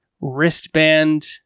wristband